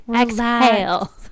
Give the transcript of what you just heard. exhale